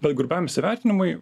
bet grubiam įsivertinimui